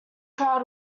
crowd